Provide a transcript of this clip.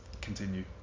continue